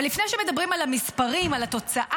אבל לפני שמדברים על המספרים, על התוצאה,